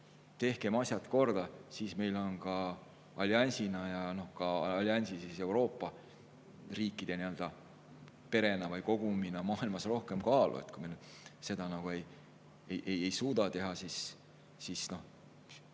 tehkem asjad korda, siis meil on alliansina ja ka alliansi Euroopa riikide nii-öelda perena või kogumina maailmas rohkem kaalu. Kui me seda ei suuda teha, siis need